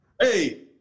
Hey